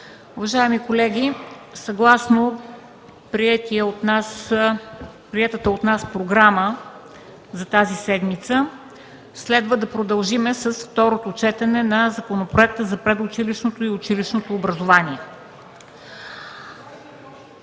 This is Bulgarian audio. Уважаеми колеги, съгласно приетата от нас програма за тази седмица следва да продължим с второто четене на Законопроекта за предучилищното и училищното образование.